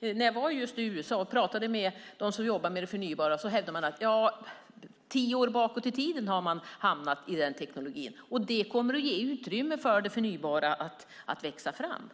När jag just var i USA och pratade med dem som jobbar med det förnybara hävdade de att man har hamnat tio år bakåt i tiden i den teknologin, och det kommer att ge utrymme för det förnybara att växa fram.